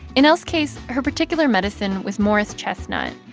in l's case, her particular medicine was morris chestnut,